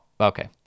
okay